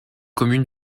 commune